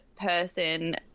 person